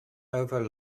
over